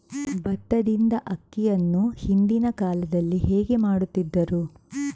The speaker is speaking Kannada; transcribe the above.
ಭತ್ತದಿಂದ ಅಕ್ಕಿಯನ್ನು ಹಿಂದಿನ ಕಾಲದಲ್ಲಿ ಹೇಗೆ ಮಾಡುತಿದ್ದರು?